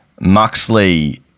Muxley